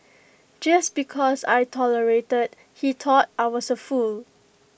just because I tolerated he thought I was A fool